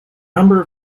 number